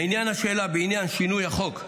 לעניין השאלה בעניין שינוי החוק,